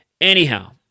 Anyhow